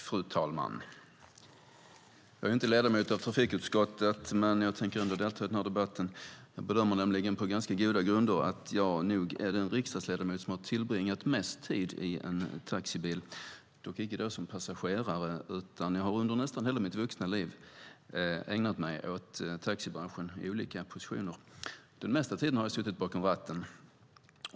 Fru talman! Jag är inte ledamot av trafikutskottet, men jag tänker ändå delta i debatten. Jag bedömer nämligen på ganska goda grunder att jag är den riksdagsledamot som har tillbringat mest tid i en taxibil, dock icke som passagerare. Jag har under nästan hela mitt vuxna liv ägnat mig åt taxibranschen i olika positioner, och den mesta tiden har jag suttit bakom ratten.